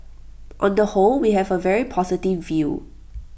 on the whole we have A very positive view